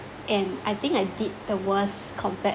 and I think I did the worst compared